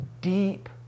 Deep